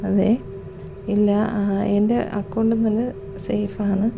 അതെ ഇല്ല എൻ്റെ അക്കൗണ്ട് എന്നു പറഞ്ഞാൽ സേഫ് ആണ്